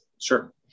sure